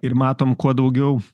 ir matom kuo daugiau